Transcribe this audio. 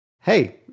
hey